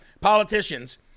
politicians